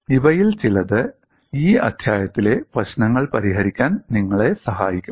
ഇവയിൽ ചിലത് ഈ അധ്യായത്തിലെ പ്രശ്നങ്ങൾ പരിഹരിക്കാൻ നിങ്ങളെ സഹായിക്കും